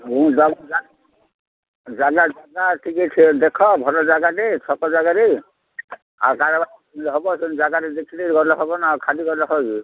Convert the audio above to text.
ମୁଁ ଜାଗା ଜାଗା ଟିକେ ଦେଖ ଭଲ ଜାଗାଟେ ଛକ ଜାଗାରେ ଆଉତି ହବ ସେ ଜାଗାଟେ ଦେଖିଲେ ଗଲେ ହବ ନା ଆଉ ଖାଲି ଗଲେ ହବ କି